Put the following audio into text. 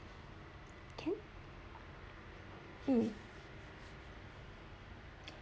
can um